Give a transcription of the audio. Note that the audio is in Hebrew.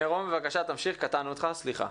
מירום, בבקשה תמשיך, קטענו אותך, סליחה.